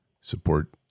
support